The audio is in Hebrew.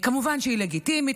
כמובן שהיא לגיטימית,